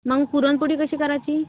मग पुरणपोळी कशी करायची